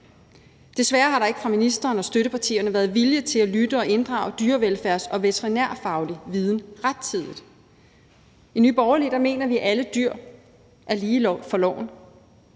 Desværre har der ikke fra ministeren og støttepartiernes side været vilje til at lytte og inddrage dyrevelfærds- og veterinærfaglig viden rettidigt. I Nye Borgerlige mener vi, at alle dyr er lige for loven.